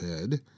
head